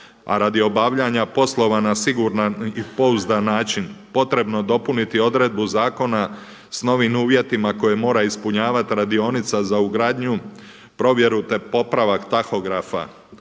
a radi obavljanja poslova na siguran i pouzdan način potrebno dopuniti odredbu zakona s novim uvjetima koje mora ispunjavati radionica za ugradnju, provjeru te popravak tahografa